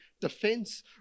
defense